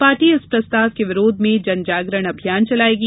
party इस प्रस्ताव के विरोध में जनजागरण अभियान चलायेगी